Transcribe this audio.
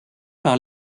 par